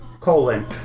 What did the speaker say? colon